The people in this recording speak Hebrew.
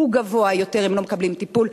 הוא גבוה יותר אם לא מקבלים טיפול,